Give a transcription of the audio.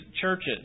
churches